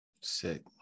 Sick